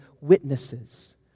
witnesses